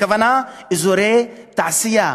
הכוונה לאזורי תעשייה.